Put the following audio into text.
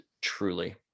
truly